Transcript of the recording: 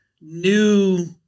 new